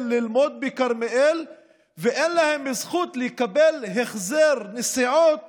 ללמוד בכרמיאל ואין להם זכות לקבל החזר נסיעות